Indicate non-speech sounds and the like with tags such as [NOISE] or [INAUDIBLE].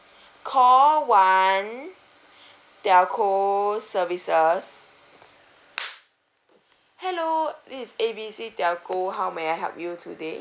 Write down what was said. call one telco services [NOISE] hello this is B C telco how may I help you today